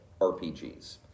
RPGs